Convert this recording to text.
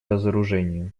разоружение